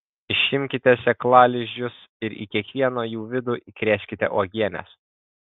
išimkite sėklalizdžius ir į kiekvieno jų vidų įkrėskite uogienės